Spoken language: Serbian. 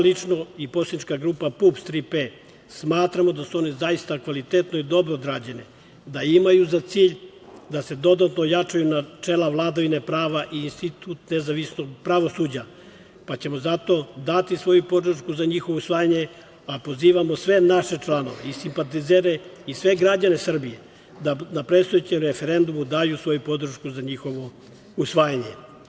Lično ja i poslanička grupa PUPS „Tri - P“ smatramo da su one zaista kvalitetno i dobro odrađene, da imaju za cilj da se dodatno ojačaju načela vladavine prava i institut nezavisnog pravosuđa, pa ćemo zato dati svoju podršku za njihovo usvajanje, pa pozivamo sve naše članove i simpatizere i sve građane Srbije da na predstojećem referendumu daju svoju podršku za njihovo usvajanje.